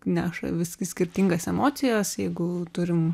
neša visgi skirtingas emocijas jeigu turim